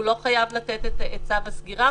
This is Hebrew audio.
הוא לא חייב לתת את צו הסגירה.